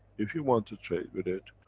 if you want to trade with it,